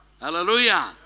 Hallelujah